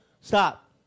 stop